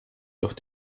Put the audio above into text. doch